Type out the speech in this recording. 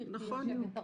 גברתי יושבת-הראש,